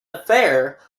affair